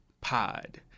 pod